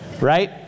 right